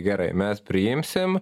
gerai mes priimsim